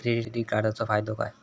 Credit कार्डाचो फायदो काय?